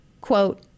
quote